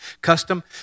custom